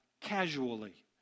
casually